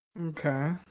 Okay